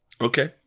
okay